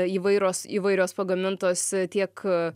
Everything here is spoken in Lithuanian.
įvairios įvairios pagamintos tiek